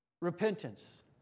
Repentance